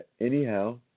Anyhow